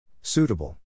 Suitable